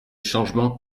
changements